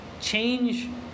change